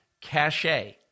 cachet